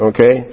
Okay